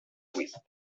louis